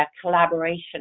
collaboration